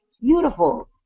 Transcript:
beautiful